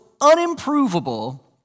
unimprovable